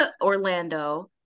Orlando